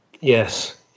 Yes